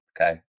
okay